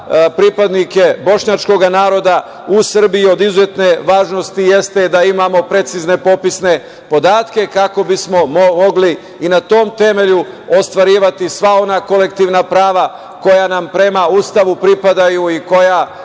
pripadnike bošnjačkog naroda u Srbiji. Od izuzetne važnosti jeste da imamo precizne popisne podatke kako bismo mogli i na tom temelju ostvarivati sva ona kolektivna prava koja nam prema Ustavu pripadaju i koja